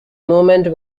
movement